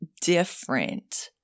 different